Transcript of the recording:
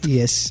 yes